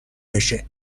بشه